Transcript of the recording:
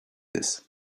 this